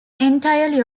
entirely